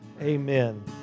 Amen